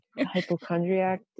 hypochondriac